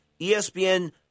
ESPN